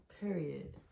Period